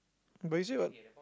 but you say what